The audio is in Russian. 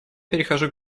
перехожу